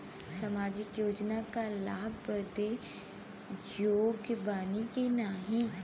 सामाजिक योजना क लाभ बदे योग्य बानी की नाही?